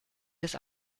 des